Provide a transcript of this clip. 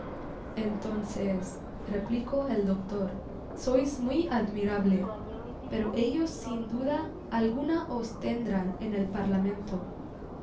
entonces replicó el doctor sois muy admirable pero ellos sin duda alguna os tendrán en el parlamento